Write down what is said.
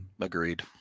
Agreed